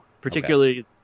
particularly